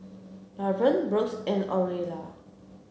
Lavern Brooks and Aurelia